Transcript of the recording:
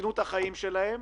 סיכנו את החיים שלהם.